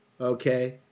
Okay